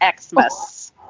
Xmas